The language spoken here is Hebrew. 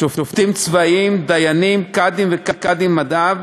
שופטים צבאיים, דיינים, קאדים וקאדים מד'הב,